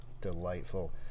Delightful